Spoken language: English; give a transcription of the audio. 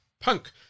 Punk